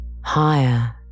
higher